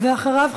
אחריו,